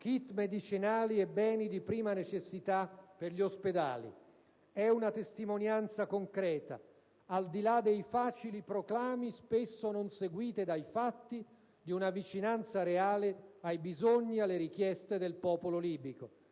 *kit* medicinali e beni di prima necessità per gli ospedali. È una testimonianza concreta, al di là dei facili proclami spesso non seguiti dai fatti, di una vicinanza reale ai bisogni e alle richieste del popolo libico.